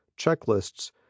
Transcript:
checklists